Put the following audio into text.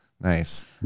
Nice